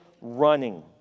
running